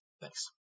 Thanks